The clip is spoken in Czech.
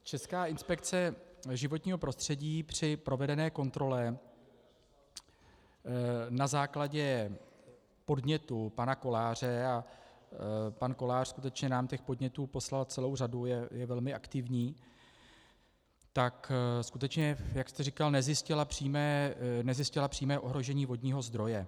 Česká inspekce životního prostředí při provedené kontrole na základě podnětu pana Koláře, a pan Kolář skutečně nám těch podnětů poslal celou řadu, je velmi aktivní, tak skutečně, jak jste říkal, nezjistila přímé ohrožení vodního zdroje.